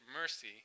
mercy